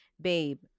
babe